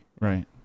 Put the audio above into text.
Right